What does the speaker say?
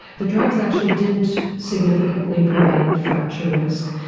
the drugs actually didn't significantly prevent fracture risk.